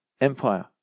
empire